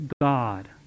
God